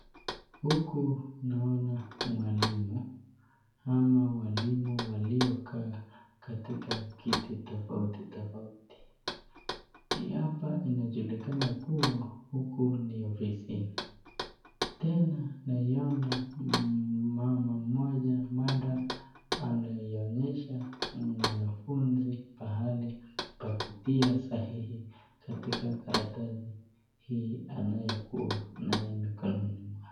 Huku naona mwalimu ama walimu waliokaa katika kiti tofauti tofauti pia hapa inajulikana kuwa huku ni ofisini , tena naiona mama mmoja (cs)madam (cs) anaionyesha mwanafunzi pahali pa kutia sahihi katika karatasi hii anayokuwa nayo mkononi mwake.